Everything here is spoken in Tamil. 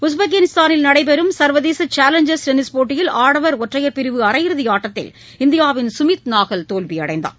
உஸ்பெகிஸ்தானில் நடைபெற்று வரும் சர்வதேச சேலஞ்சர் டென்னிஸ் போட்டியில் ஆடவர் ஒற்றையர் பிரிவு அரையிறுதி ஆட்டத்தில் இந்தியாவின் சுமித் நாகல் தோல்வியடைந்தார்